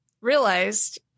realized